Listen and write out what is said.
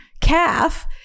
calf